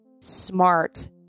smart